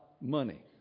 money